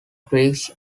creeks